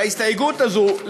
בהסתייגות הזו,